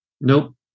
Nope